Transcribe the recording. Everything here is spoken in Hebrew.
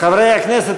חברי הכנסת,